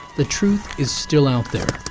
the truth is still out there